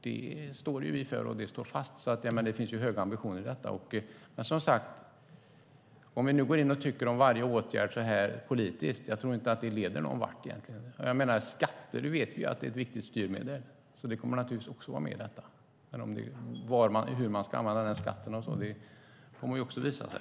Det står vi för, och det står fast. Det finns höga ambitioner i detta. Om vi nu går in och tycker politiskt om varje åtgärd tror jag inte att det leder någonvart. Vi vet att skatter är ett viktigt styrmedel, så det kommer naturligtvis också att vara med i detta. Men hur man ska använda skatten kommer att visa sig.